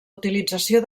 utilització